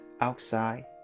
outside